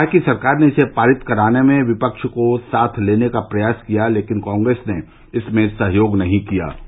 उन्होंने कहा कि सरकार ने इसे पारित कराने में विपक्ष को साथ लेने का प्रयास किया लेकिन कांग्रेस ने इसमें सहयोग नहीं किया